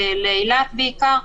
לאילת בעיקר,